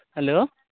hello